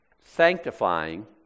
sanctifying